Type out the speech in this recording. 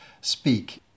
speak